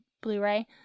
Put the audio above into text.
blu-ray